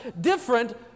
different